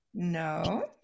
No